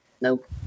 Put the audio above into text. Nope